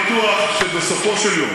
אני בטוח שבסופו של דבר